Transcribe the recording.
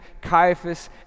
Caiaphas